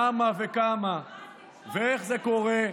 הפסיקו לברר למה וכמה ואיך זה קורה.